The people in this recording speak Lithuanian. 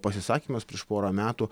pasisakymas prieš porą metų